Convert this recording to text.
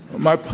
my my